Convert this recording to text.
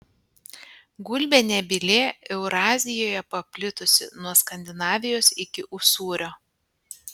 gulbė nebylė eurazijoje paplitusi nuo skandinavijos iki usūrio